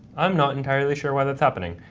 i'm not entirely sure why that's happening.